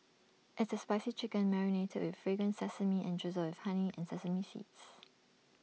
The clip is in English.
it's A spicy chicken marinated with fragrant sesame and drizzled with honey and sesame seeds